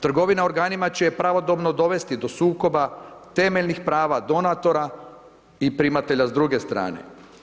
Trgovina organima će pravodobno dovesti do sukoba temeljnih prava donatora i primatelja s druge strane.